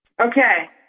Okay